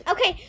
Okay